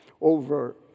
over